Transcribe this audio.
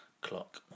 clock